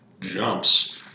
jumps